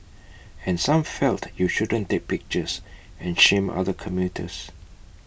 and some felt you shouldn't take pictures and shame other commuters